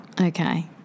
Okay